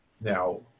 Now